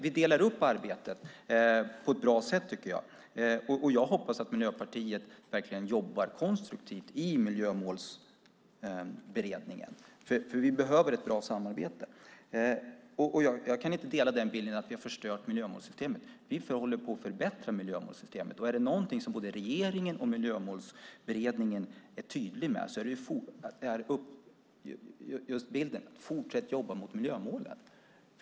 Vi delar upp arbetet på ett bra sätt, tycker jag. Och jag hoppas att Miljöpartiet verkligen jobbar konstruktivt i Miljömålsberedningen, för vi behöver ett bra samarbete. Jag kan inte dela den här bilden, att vi har förstört miljömålssystemet. Vi håller på att förbättra miljömålssystemet. Och är det någonting som både regeringen och Miljömålsberedningen är tydliga med så är det just att man ska fortsätta att jobba mot miljömålen.